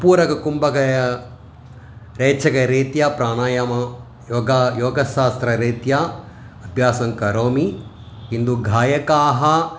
पूरककुम्भकया रेचकरीत्या प्राणायामं योगा योगशास्त्ररीत्या अभ्यासं करोमि किन्तु गायकाः